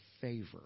favor